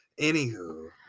Anywho